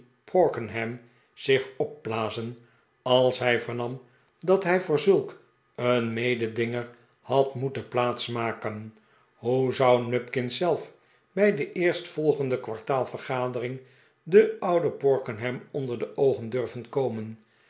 sidney porkenham zich opblazen als hij vernam dat hij voor zulk een mededinger had moeten plaats maken hoe zou nupkins zelf bij de eerstvolgende kwartaalvergadering den ouden porkenham onder de oogen durven komen